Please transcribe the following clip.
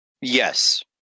Yes